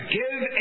give